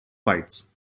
bites